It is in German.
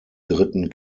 dritten